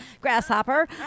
Grasshopper